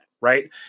Right